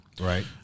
Right